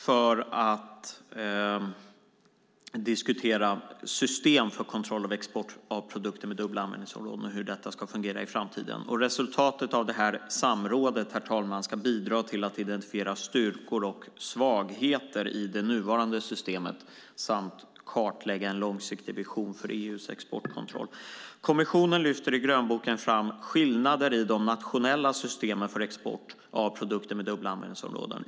Den diskussionen bör föras om hur systemet för kontroll av export av produkter med dubbla användningsområden ska fungera i framtiden. Resultatet av det samrådet, herr talman, ska bidra till att identifiera styrkor och svagheter i det nuvarande systemet samt kartlägga en långsiktig vision för EU:s exportkontroll. Kommissionen lyfter i grönboken fram skillnader i de nationella systemen för export av produkter med dubbla användningsområden.